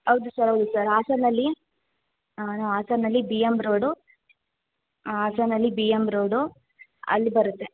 ಹೌದು ಸರ್ ಹೌದು ಸರ್ ಹಾಸನಲ್ಲೀ ಹಾಸನಲ್ಲಿ ಬಿ ಎಮ್ ರೋಡು ಹಾಂ ಹಾಸನಲ್ಲಿ ಬಿ ಎಮ್ ರೋಡು ಅಲ್ಲಿ ಬರುತ್ತೆ